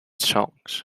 songs